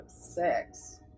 six